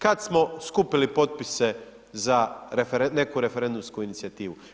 Kad smo skupili potpise za neku referendumsku inicijativu?